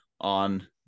on